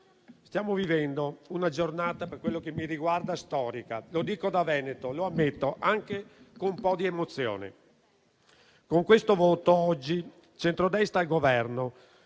Stiamo vivendo una giornata, per quello che mi riguarda, storica. Lo dico da veneto, lo ammetto, anche con un po' di emozione. Con questo voto di oggi, con il centrodestra al Governo,